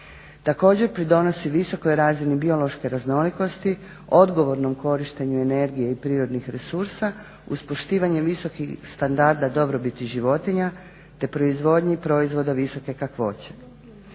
Također pridonosi visokoj razini biološke raznolikosti, odgovornom korištenju energije i prirodnih resursa uz poštivanje visokih standarda dobrobiti životinja, te proizvodnji proizvoda visoke kakvoće.